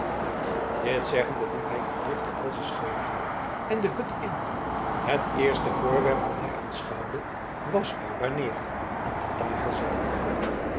dit zeggende liep hij in drift den elzenscherm door en de hut in het eerste voorwerp dat hij aanschouwde was barbanera aan de tafel zittende